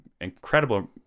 incredible